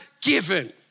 given